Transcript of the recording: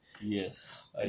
Yes